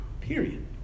Period